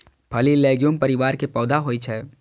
फली लैग्यूम परिवार के पौधा होइ छै